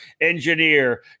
engineer